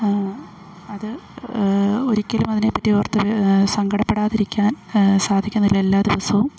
അത് ഒരിക്കലും അതിനെപ്പറ്റി ഓർത്ത് സങ്കടപ്പെടാതിരിക്കാൻ സാധിക്കുന്നില്ല എല്ലാ ദിവസവും